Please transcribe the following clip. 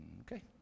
Okay